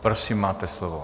Prosím, máte slovo.